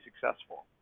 successful